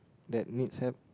that needs help